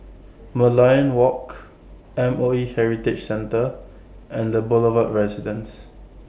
Merlion Walk M O E Heritage Center and The Boulevard Residence